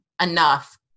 enough